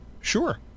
Sure